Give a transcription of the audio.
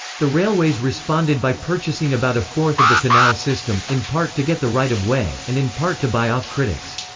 the railways responded by purchasing about a fourth of the canal system, in part to get the right of way, and in part to buy off critics.